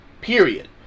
Period